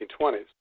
1920s